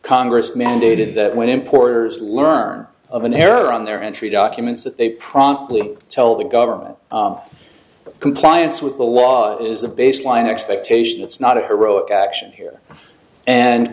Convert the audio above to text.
congress mandated that when importers learn of an error on their entry documents that they promptly tell the government that compliance with the law is the baseline expectation it's not a heroic action here and